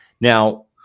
now